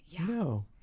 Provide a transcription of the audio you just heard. No